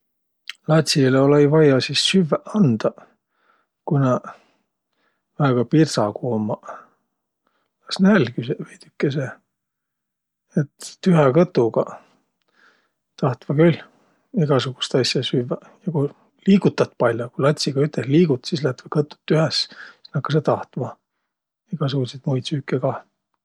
Latsilõ olõ-õi vaia sis süvväq andaq, ku nä väega pirdsaguq ummaq. Las nälgüseq veidükese. Et tühä kõtuga tahtvaq külh egäsugust asja süvväq. Ja ku liigutat pall'o, ku latsiga üteh liigut, sis lätväq kõtuq tühäs, sis nakkasõq tahtma egäsugutsit muid süüke kah.